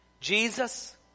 Jesus